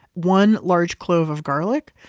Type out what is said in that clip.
one large clove of garlic,